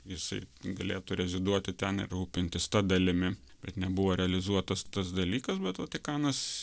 jisai galėtų reziduoti ten ir rūpintis ta dalimi bet nebuvo realizuotas tas dalykas bet vatikanas